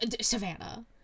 Savannah